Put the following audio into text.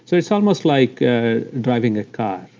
so it's almost like driving a car.